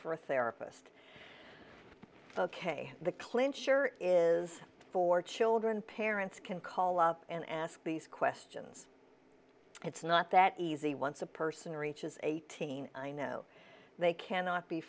for a therapist ok the clincher is for children parents can call up and ask these questions it's not that easy once a person reaches eighteen i know they cannot be